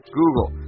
google